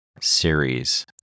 series